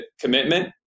commitment